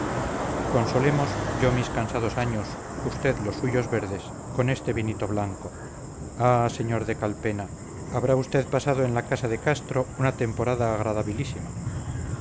consolemos yo mis cansados años usted los suyos verdes con este vinito blanco ah señor de calpena habrá usted pasado en la casa de castro una temporada agradabilísima